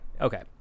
okay